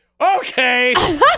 Okay